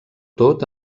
tot